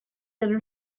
inner